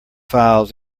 files